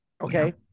Okay